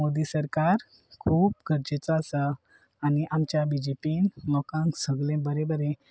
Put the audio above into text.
मोदी सरकार खूब गरजेचो आसा आनी आमच्या बीजेपीन लोकांक सगले बरे बरे